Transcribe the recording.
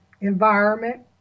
environment